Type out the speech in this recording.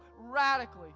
radically